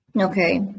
Okay